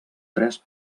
tres